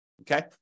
okay